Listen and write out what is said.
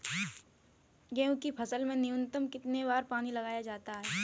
गेहूँ की फसल में न्यूनतम कितने बार पानी लगाया जाता है?